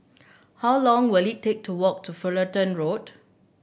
how long will it take to walk to Fullerton Road